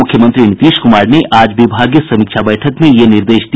मुख्यमंत्री नीतीश कुमार ने आज विभागीय समीक्षा बैठक में यह निर्देश दिया